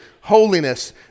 Holiness